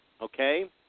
Okay